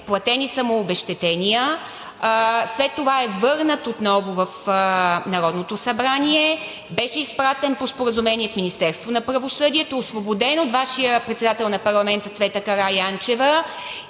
платени са му обезщетения, след това е върнат отново в Народното събрание, беше изпратен по споразумение в Министерството на правосъдието, освободен от Вашия председател на парламента Цвета Караянчева